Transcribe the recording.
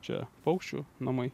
čia paukščių namai